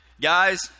guys